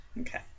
Okay